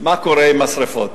מה קורה עם השרפות?